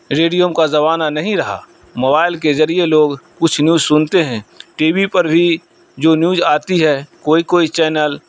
redeem کا زمانہ نہیں رہا موبائل کے ذریعے لوگ کچھ نیوز سنتے ہیں ٹی وی پر بھی جو نیوج آتی ہے کوئی کوئی چینل